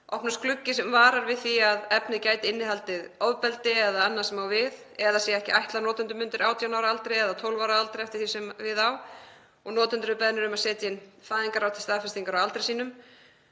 opnast gluggi sem varar við því að efnið gæti innihaldið ofbeldi eða annað sem á við eða sé ekki ætlað að notendum undir 18 ára aldri eða 12 ára aldri eftir því sem við á og notendur eru beðnir um að setja inn fæðingarár til staðfestingar á aldri sínum.